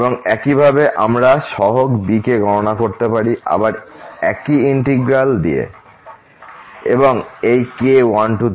এবং একইভাবে আমরা সহগ bk গণনা করতে পারি আবার একই ইন্টিগ্র্যাল 1 πfxsin kx dx দিয়ে এবং এই k 123